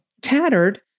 tattered